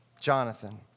Jonathan